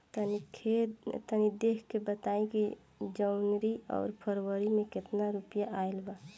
तनी देख के बताई कि जौनरी आउर फेबुयारी में कातना रुपिया आएल बा?